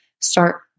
start